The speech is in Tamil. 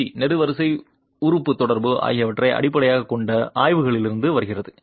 சி நெடுவரிசை உறுப்பு தொடர்பு ஆகியவற்றை அடிப்படையாகக் கொண்ட ஆய்வுகளிலிருந்து வருகிறது